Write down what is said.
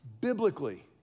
biblically